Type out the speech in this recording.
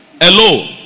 hello